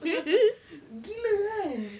gila kan